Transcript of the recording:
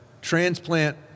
transplant